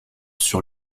sur